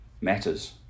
matters